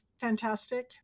fantastic